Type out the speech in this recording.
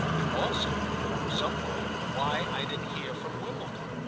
and also somewhat why i didn't hear from wimbledon.